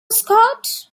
scott